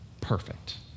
perfect